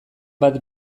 bat